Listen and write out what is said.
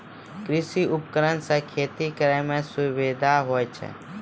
कृषि उपकरण से खेती करै मे सुबिधा हुवै छै